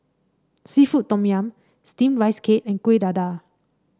seafood Tom Yum steam Rice Cake and Kuih Dadar